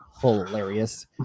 Hilarious